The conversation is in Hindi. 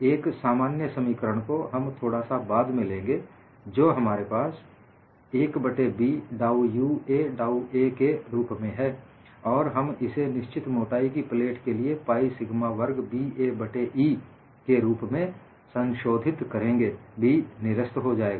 एक सामान्य समीकरण को हम थोड़ा सा बाद में लेंगे जो हमारे पास 1 बट्टे B डाउ U a डाउ a के रूप में है और हम इसे निश्चित मोटाई की प्लेट के लिए पाइ सिग्मा वर्ग b a बट्टे E के रूप में संशोधित करेंगे B निरस्त हो जाएगा